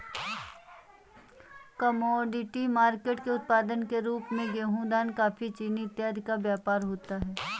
commodity market के उत्पाद के रूप में गेहूं धान कॉफी चीनी इत्यादि का व्यापार होता है